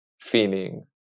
Feeling